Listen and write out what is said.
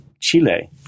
Chile